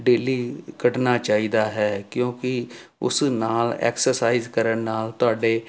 daily ਕੱਢਣਾ ਚਾਹੀਦਾ ਹੈ ਕਿਉਂਕਿ ਉਸ ਨਾਲ ਐਕਸਰਸਾਈਜ਼ ਕਰਨ ਨਾਲ ਤੁਹਾਡੇ